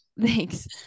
thanks